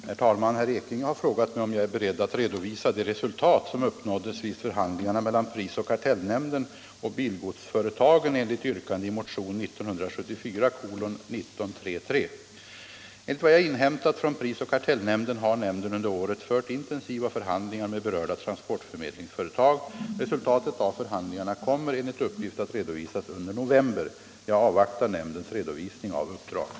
18, och anförde: Herr talman! Herr Ekinge har frågat mig om jag är beredd att redovisa de resultat som uppnåddes vid förhandlingarna mellan prisoch kartellnämnden och bilgodsföretagen, enligt yrkande i motionen 1974:1933. 39 Enligt vad jag inhämtat från prisoch kartellnämnden har nämnden under året fört intensiva förhandlingar med berörda transportförmedlingsföretag. Resultatet av förhandlingarna kommer enligt uppgift att redovisas under november. Jag avvaktar nämndens redovisning av uppdraget.